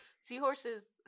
seahorses